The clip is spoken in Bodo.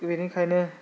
बेनिखायनो